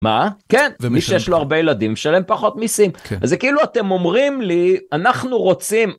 מה? -כן ומי שיש לו הרבה ילדים ישלם פחות מיסים. זה כאילו אתם אומרים לי אנחנו רוצים